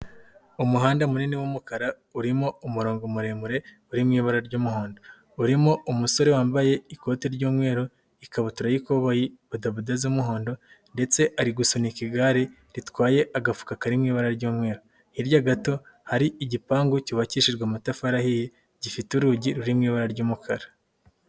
Umuhanda munini w'umukara, urimo umurongo muremure uri mu ibara ry'umuhondo, urimo umusore wambaye ikote ry'umweru, ikabutura y'ikoboyi badabudeze mu ibara ry'umuhondo, ndetse ari gusunika igare ritwaye agafuka karirimo ibara ry'umweru, hirya gato hari igipangu cyubakishijwe amatafari ahiye, gifite urugi ruri mu ibara ry'umukara.